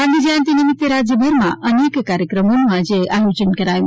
ગાંધીજયંતિ નિમિત્તે રાજયભરમાં અનેક કાર્યક્રમોનું આયોજન કરાયું